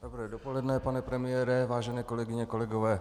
Dobré dopoledne, pane premiére, vážené kolegyně, kolegové.